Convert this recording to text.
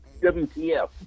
WTF